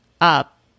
up